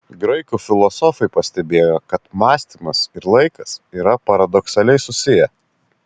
graikų filosofai pastebėjo kad mąstymas ir laikas yra paradoksaliai susiję